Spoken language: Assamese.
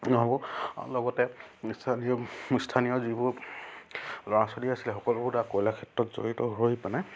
নহ'ব লগতে স্থানীয় স্থানীয় যিবোৰ ল'ৰা ছোৱালী আছিলে সকলোবোৰ তাৰ কয়লাৰ ক্ষেত্ৰত জড়িত হৈ পেলাই